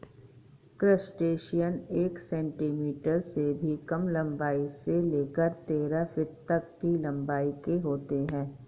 crustacean एक centimetre से भी कम लंबाई से लेकर तेरह फीट तक की लंबाई के होते हैं